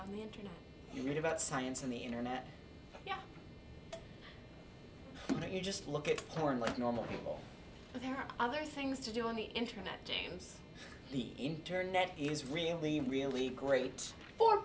on the internet you read about science on the internet you know that you just look at porn like normal people but there are other things to do on the internet james the internet is really really great for